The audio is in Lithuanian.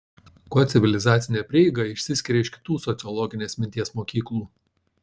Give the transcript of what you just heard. kuo civilizacinė prieiga išsiskiria iš kitų sociologinės minties mokyklų